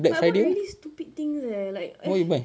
but I bought really stupid things eh like ugh